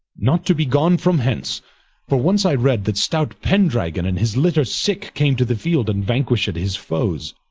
not to be gone from hence for once i read, that stout pendragon, in his litter sick, came to the field, and vanquished his foes.